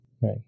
Right